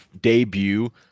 debut